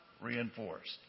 reinforced